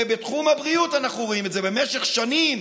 ובתחום הבריאות אנחנו רואים את זה, במשך שנים